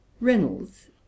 Reynolds